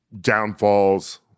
downfalls